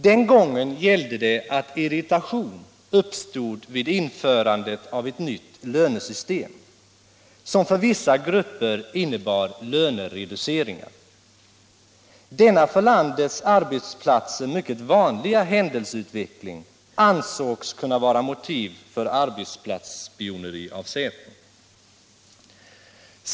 Den gången gällde det att irritation uppstod vid införandet av ett nytt lönesystem som för vissa grupper innebar lönereduceringar. Denna för landets arbetsplatser mycket vanliga händelseutveckling ansågs av säpo vara motiv för arbetsplatsspioneri.